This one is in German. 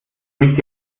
mich